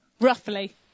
Roughly